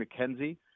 McKenzie